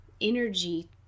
energy